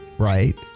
Right